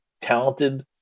talented